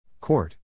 Court